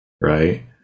right